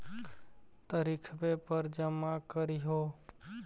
तरिखवे पर जमा करहिओ?